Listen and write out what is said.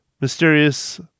mysterious